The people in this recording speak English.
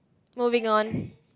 moving on